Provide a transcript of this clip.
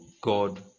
god